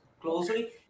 closely